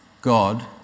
God